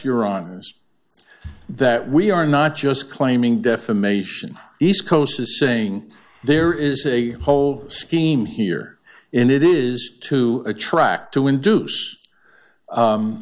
arms that we are not just claiming defamation east coast is saying there is a whole scheme here and it is to attract to induce